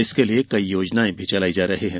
इसके लिए कई योजनाएं चलाई जा रही है